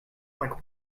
like